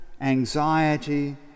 anxiety